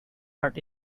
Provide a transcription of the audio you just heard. art